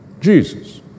Jesus